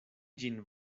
ĝin